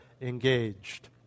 engaged